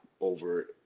over